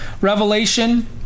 revelation